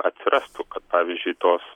atsirastų kad pavyzdžiui tos